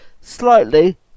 slightly